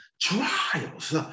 Trials